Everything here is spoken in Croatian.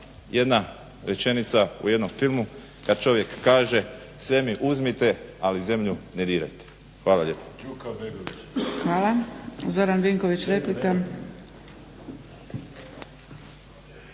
jedna rečenica u jednom filmu kada čovjek kaže "Sve mi uzmite ali zemlju ne dirajte". Hvala lijepo. **Zgrebec, Dragica